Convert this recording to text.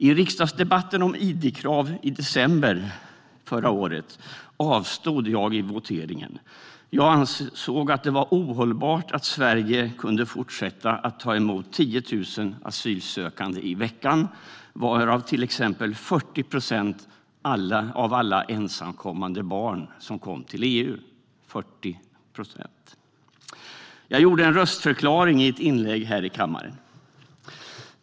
I riksdagsdebatten om id-krav i december förra året avstod jag i voteringen. Jag ansåg att det var ohållbart att Sverige skulle fortsätta att ta emot 10 000 asylsökande i veckan och 40 procent av alla ensamkommande barn som kom till EU. Jag gjorde en röstförklaring i ett inlägg här i kammaren.